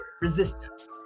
resistance